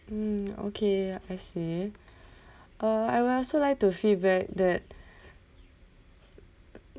mm okay I see uh I would also like to feedback that